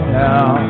now